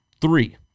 three